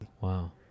Wow